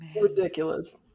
Ridiculous